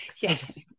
yes